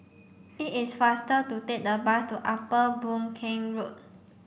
it is faster to take the bus to Upper Boon Keng Road